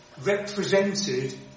represented